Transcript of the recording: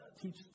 teach